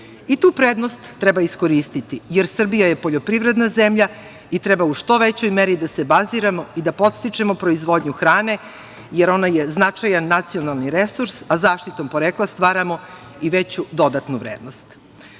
Tu prednost treba iskoristiti jer Srbija je poljoprivredna zemlja i treba u što većoj meri da se baziramo i da podstičemo proizvodnju hrane jer ona je značajan nacionalni resurs, a zaštitom porekla stvaramo i veću dodatnu vrednost. Smatram